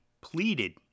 pleaded